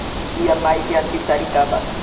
EMI के अंतिम तारीख का बा?